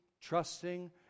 trusting